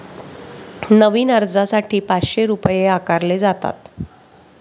नवीन अर्जासाठी पाचशे रुपये आकारले जातात